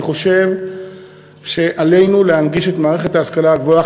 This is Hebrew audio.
אני חושב שעלינו להנגיש את מערכת ההשכלה הגבוהה.